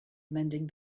mending